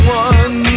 one